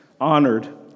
honored